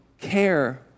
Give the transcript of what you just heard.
care